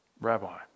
Rabbi